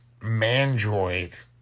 Mandroid